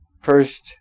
first